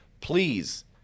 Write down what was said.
please